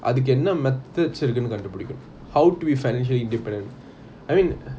அதுக்கு என்ன மேதோட்ஸ் இருக்குனு கண்டு பிடிக்கணும்:athuku enna meathods irukunu kandu pidikanum how to be financially independent I mean